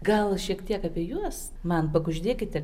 gal šiek tiek apie juos man pakuždėkite